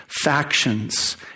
factions